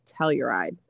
telluride